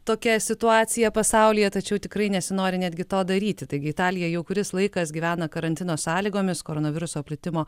tokia situacija pasaulyje tačiau tikrai nesinori netgi to daryti taigi italija jau kuris laikas gyvena karantino sąlygomis koronaviruso plitimo